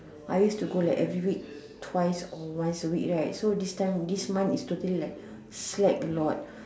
I used to go like every week twice or once a week right so this time this month is totally like slack a lot